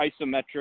isometric